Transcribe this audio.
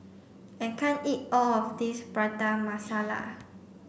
I can't eat all of this Prata Masala